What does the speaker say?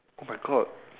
oh my god